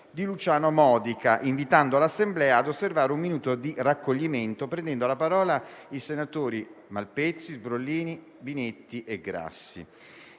Grazie